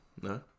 No